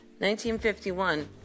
1951